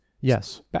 Yes